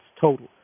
total